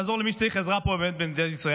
לעזור למי שצריך עזרה פה במדינת ישראל.